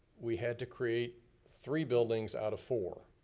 we had to create three buildings out of four.